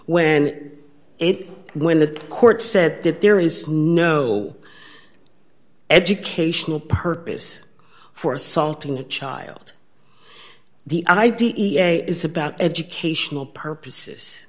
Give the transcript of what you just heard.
when it when the court said that there is no educational purpose for assaulting a child the i d e a is about educational purposes